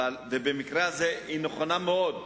ובמקרה הזה היא נכונה מאוד,